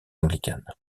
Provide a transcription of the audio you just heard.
anglicane